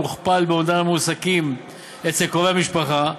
מוכפל באומדן המועסקים אצל קרובי משפחה,